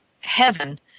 heaven